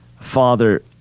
Father